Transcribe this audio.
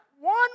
one